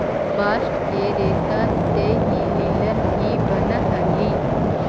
bast के रेसा से ही लिनन भी बानऽ हई